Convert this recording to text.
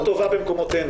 לא טובה במקומותינו.